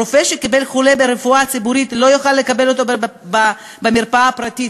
רופא שקיבל חולה ברפואה הציבורית לא יוכל לקבל אותו במרפאה הפרטית.